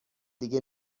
دیگه